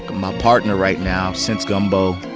my partner right now since gumbo.